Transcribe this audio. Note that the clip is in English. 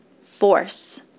force